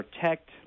protect